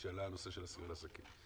כשעלה הנושא של הסיוע לעסקים,